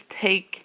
take